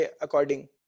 according